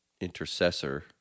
intercessor